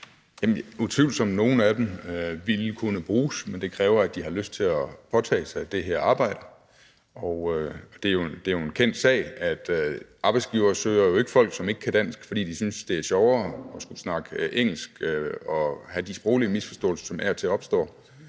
Utvivlsomt ville nogle af dem kunne bruges, men det kræver, at de har lyst til at påtage sig det her arbejde. Det er jo en kendt sag, at arbejdsgivere ikke søger folk, som ikke kan dansk, fordi de synes, det er sjovere at skulle snakke engelsk og have de sproglige misforståelser, som af og til opstår.